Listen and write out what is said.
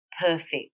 perfect